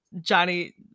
johnny